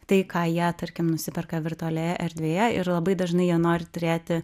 tai ką jie tarkim nusiperka virtualioje erdvėje ir labai dažnai jie nori turėti